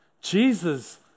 Jesus